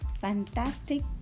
Fantastic